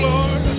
Lord